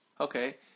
Okay